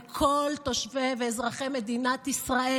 לכל תושבי ואזרחי מדינת ישראל,